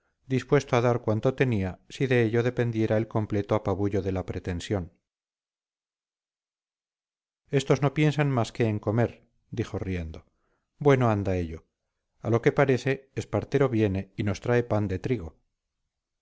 dispuesto a dar cuanto tenía si de ello dependiera el completo apabullo de la pretensión estos no piensan más que en comer dijo riendo bueno anda ello a lo que parece espartero viene y nos trae pan de trigo